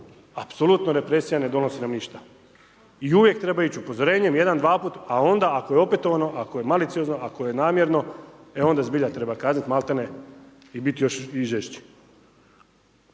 apsolutno represija nam ne donosi nam ništa. I uvijek treba ići upozorenjem jedan, dvaput, a onda ako je opetovano, ako je maliciozno, ako je namjerno, e onda zbilja treba kazniti, maltene i biti još i žešći.